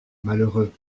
malheureux